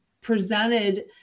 presented